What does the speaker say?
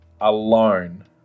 alone